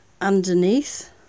underneath